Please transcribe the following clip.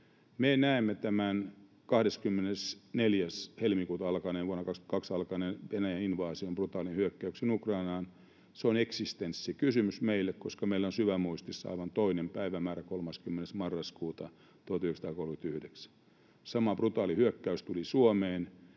Me näemme tämän 24. helmikuuta vuonna 22 alkaneen Venäjän invaasion, brutaalin hyökkäyksen, Ukrainaan eksistenssikysymyksenä, koska meillä on syvämuistissa aivan toinen päivämäärä, 30. marraskuuta 1939. Sama brutaali hyökkäys tuli Suomeen,